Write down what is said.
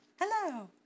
Hello